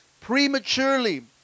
prematurely